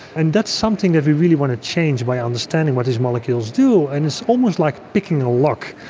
and that's something that we really want to change by understanding what these molecules do, and it's almost like picking a lock,